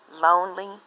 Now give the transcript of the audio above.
Lonely